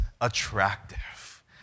attractive